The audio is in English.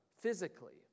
physically